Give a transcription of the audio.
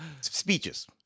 speeches